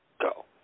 go